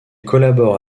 collabore